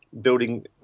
building